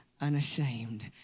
unashamed